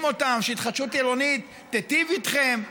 אותם: התחדשות עירונית תיטיב איתכם.